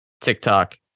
TikTok